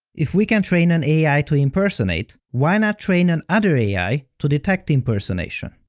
if we can train an ai to impersonate, why not train an other ai to detect impersonation?